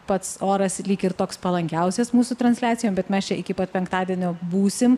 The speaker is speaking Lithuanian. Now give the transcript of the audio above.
pats oras lyg ir toks palankiausias mūsų transliacijom bet mes čia iki pat penktadienio būsim